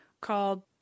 called